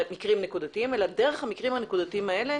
אלה מקרים נקודתיים אלא דרך המקרים הנקודתיים האלה,